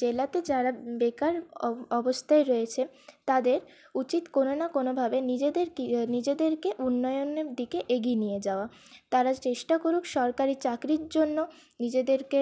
জেলাতে যারা বেকার অব অবস্থায় রয়েছে তাদের উচিত কোনো না কোনো ভাবে নিজেদেরকে নিজেদেরকে উন্নয়নের দিকে এগিয়ে নিয়ে যাওয়া তারা চেষ্টা করুক সরকারি চাকরির জন্য নিজেদেরকে